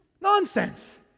Nonsense